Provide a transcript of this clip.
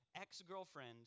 ex-girlfriend